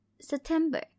September